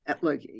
look